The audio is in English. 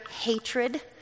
hatred